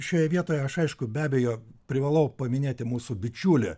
šioje vietoje aš aišku be abejo privalau paminėti mūsų bičiulį